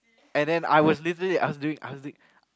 and then I was literall I was doing I was doing